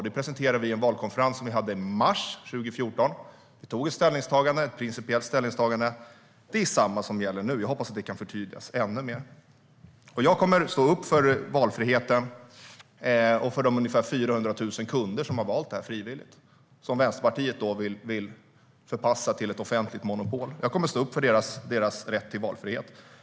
Det presenterade vi vid vår valkonferens i mars 2014. Vi gjorde ett principiellt ställningstagande. Det är samma som gäller nu. Jag hoppas att det kan förtydligas ännu mer. Jag kommer att stå upp för valfriheten och för de ungefär 400 000 kunder som väljer den, som Vänsterpartiet vill förpassa till ett offentligt monopol. Jag kommer att stå upp för deras rätt till valfrihet.